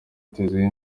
bitezweho